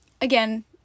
Again